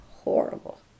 horrible